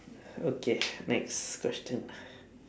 okay next question